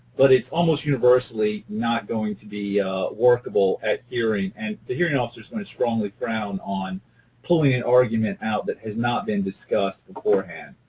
but it's almost universally not going to be workable at hearing. and the hearing officer is going to strongly frown on pulling an argument out that has not been discussed beforehand.